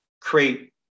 create